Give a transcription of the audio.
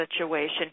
situation